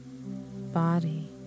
body